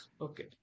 okay